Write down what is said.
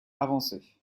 avancée